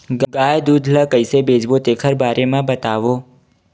गाय दूध ल कइसे बेचबो तेखर बारे में बताओ?